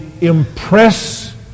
impress